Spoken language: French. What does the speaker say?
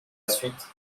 suite